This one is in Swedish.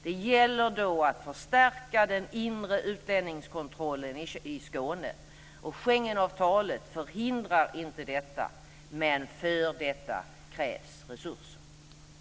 Det gäller då att förstärka den inre utlänningskontrollen i Skåne. Schengenavtalet förhindrar inte detta, men för detta krävs resurser.